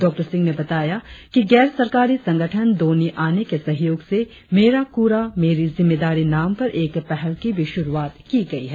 डॉ सिंह ने बताया कि गैर सरकारी संगठन दोन्यी आने के सहयोग से मेरा कूड़ा मेरी जिम्मेदारी नाम पर एक पहल की भी शुरुआत की गई है